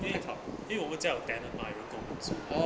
因为我因为们叫 tenant 买入我们主